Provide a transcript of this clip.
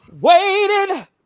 waiting